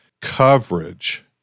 coverage